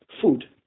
food